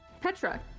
Petra